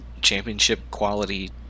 championship-quality